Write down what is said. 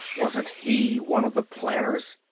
wasn't he one of the planners?